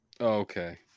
Okay